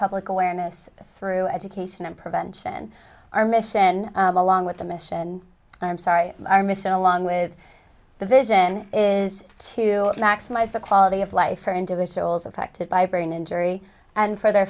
public awareness through education and prevention our mission along with the mission and i'm sorry our mission along with the vision is to maximize the quality of life for individuals affected by brain injury and for their